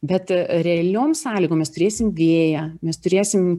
bet realiom sąlygom mes turėsim vėją mes turėsim